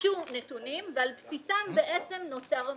ביקשו נתונים, ועל בסיסם בעצם נוצר המסמך.